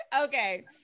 Okay